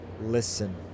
listen